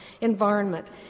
environment